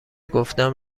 گفتم